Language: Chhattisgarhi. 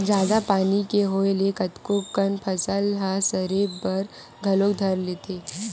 जादा पानी के होय ले कतको कन फसल ह सरे बर घलो धर लेथे